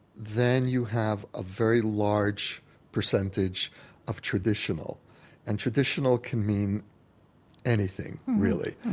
then you have a very large percentage of traditional and traditional can mean anything, really.